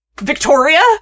Victoria